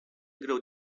greu